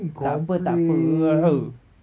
takpe takpe